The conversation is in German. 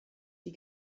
die